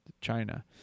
China